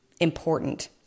important